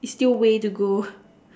it's still way to go